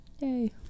Yay